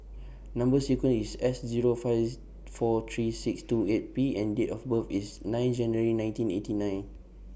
Number sequence IS S Zero five four three six two eight P and Date of birth IS nine January nineteen eighty nine